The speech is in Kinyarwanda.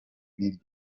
hirya